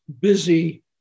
busy